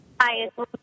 Hi